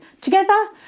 Together